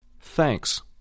Thanks